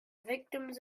victims